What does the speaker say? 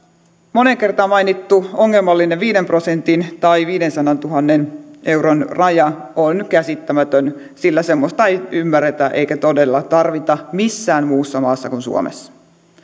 moneen kertaan mainittu ongelmallinen viiden prosentin tai viidensadantuhannen euron raja on käsittämätön sillä semmoista ei ymmärretä eikä todella tarvita missään muussa maassa kuin suomessa